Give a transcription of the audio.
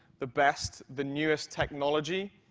the best, the newest technology,